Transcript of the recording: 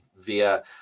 via